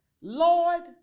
Lord